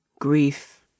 grief